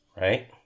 right